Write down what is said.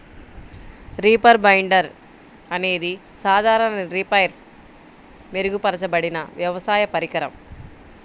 reaper binder అనేది సాధారణ రీపర్పై మెరుగుపరచబడిన వ్యవసాయ పరికరం